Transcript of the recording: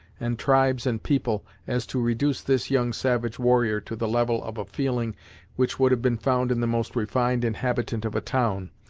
and tribes and people, as to reduce this young savage warrior to the level of a feeling which would have been found in the most refined inhabitant of a town,